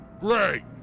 Great